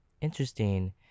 Interesting